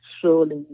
surely